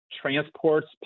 Transports